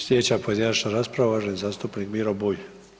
Sljedeća pojedinačna rasprava uvaženi zastupnik Miro Bulj.